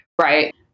right